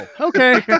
Okay